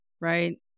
right